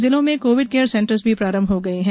जिलों में covid care centres भी प्रारंभ हो गए हैं